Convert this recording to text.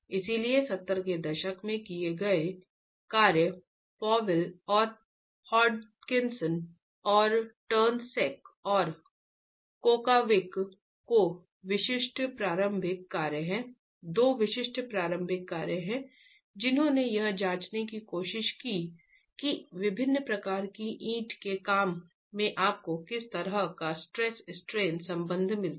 इसलिए 70 के दशक में किए गए कार्य पॉवेल और हॉजकिंसन और टर्नसेक और कैकोविक दो विशिष्ट प्रारंभिक कार्य हैं जिन्होंने यह जांचने की कोशिश की कि विभिन्न प्रकार के ईंट के काम में आपको किस तरह का स्ट्रेस स्ट्रेन संबंध मिलता है